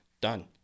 Done